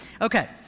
Okay